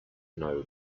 know